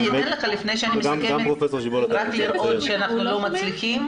גם פרופ' שבלת היה רוצה להתייחס.